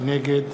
נגד